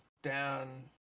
down